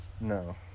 No